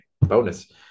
bonus